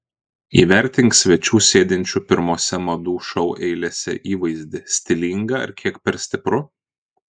įvertink svečių sėdinčių pirmose madų šou eilėse įvaizdį stilinga ar kiek per stipru